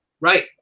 Right